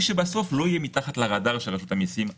שהתאגיד הענק הזה לא יהיה מתחת לרדאר של רשות המיסים.